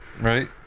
Right